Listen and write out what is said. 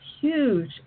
huge